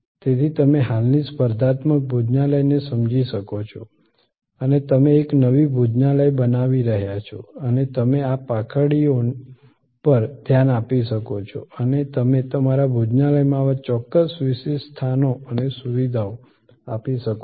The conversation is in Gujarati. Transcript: તેથી તમે હાલની સ્પર્ધાત્મક ભોજનાલયને સમજી શકો છો અને તમે એક નવી ભોજનાલય બનાવી રહ્યા છો અને તમે આ પાંખડીઓ પર ધ્યાન આપી શકો છો અને તમે તમારા ભોજનાલયમાં આવા ચોક્કસ વિશિષ્ટ સ્થાનો અને સુવિધાઓ આપી શકો છો